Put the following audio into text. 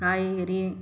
காய்கறி